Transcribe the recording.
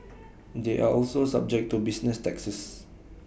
they are also subject to business taxes